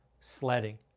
sledding